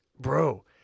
bro